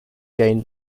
gain